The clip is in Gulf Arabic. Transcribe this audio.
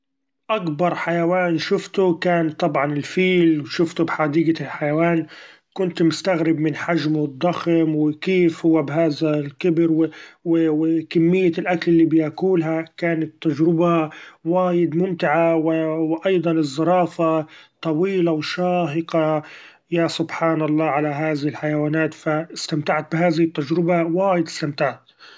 أكبر حيوان شفتو كان طبعا الفيل و شفتو بحديقة الحيوان ، كنت مستغرب من حجمو الضخم و كيف هوا بهاذا الكبر و كمية الأكل الي بيكولها ، كانت تجربة وايد ممتعه ،و أيضا الزرافه طويلة و شاهقه يا سبحان الله علي هاذي الحيوانات ف استمتعت بهذه التجربة وايد استمتعت.